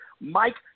Mike